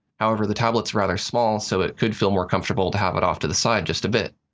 however, the tablet's rather small, so it could feel more comfortable to have it off to the side just a bit.